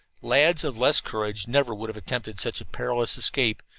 lads of less courage never would have attempted such a perilous escape,